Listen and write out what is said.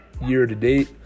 year-to-date